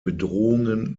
bedrohungen